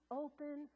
open